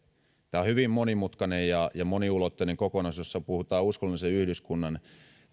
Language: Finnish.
on hyvin monimutkainen ja moniulotteinen kokonaisuus jossa puhutaan uskonnollisen yhdyskunnan